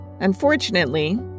Unfortunately